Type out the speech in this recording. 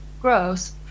gross